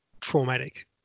traumatic